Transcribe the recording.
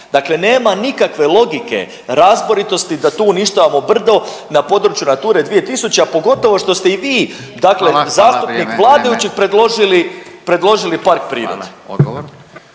dakle nema nikakve logike i razboritosti da tu uništavamo brdo na području Nature 2000, a pogotovo što ste i vi…/Upadica Radin: Hvala, hvala, vrijeme,